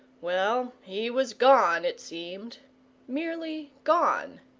well, he was gone, it seemed merely gone.